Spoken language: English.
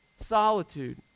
solitude